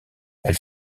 elle